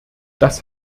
das